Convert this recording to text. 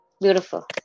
beautiful